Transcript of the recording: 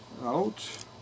out